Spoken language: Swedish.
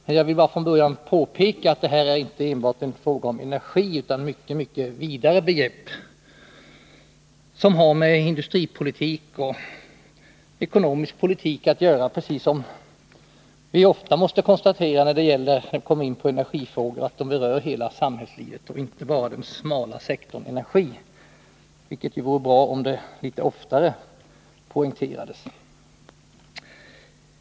Men jag vill från början påpeka att det inte bara är fråga om energi, utan om ett mycket vidare begrepp som har med industripolitik och ekonomisk politik att göra. När vi kommer in på energifrågor får vi ju ofta konstatera att de berör hela samhällslivet och inte bara den smala sektorn energi. Det vore bra om det poängterades litet oftare.